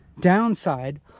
downside